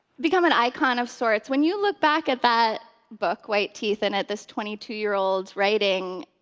become an icon of sorts. when you look back at that book, white teeth, and at this twenty two year old writing,